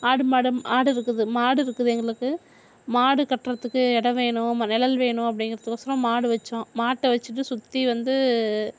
ஆடு மாடு ஆடு இருக்குது மாடு இருக்குது எங்களுக்கு மாடு கட்டுறத்துக்கு இடம் வேணும் நிழல் வேணும் அப்படிங்குறதுக்கோசரம் மரம் வைச்சோம் மாட்டை வச்சுட்டு சுற்றி வந்து